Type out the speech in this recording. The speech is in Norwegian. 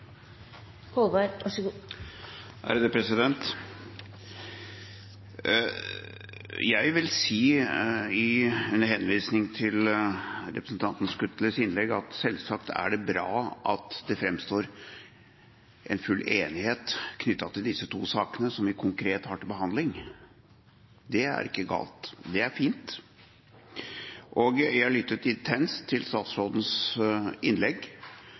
det bra at det framstår en full enighet knyttet til disse to sakene som vi konkret har til behandling. Det er ikke galt, det er fint. Jeg lyttet intenst til statsrådens innlegg.